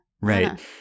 right